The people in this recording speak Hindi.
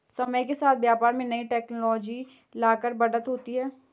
समय के साथ व्यापार में नई टेक्नोलॉजी लाकर बढ़त होती है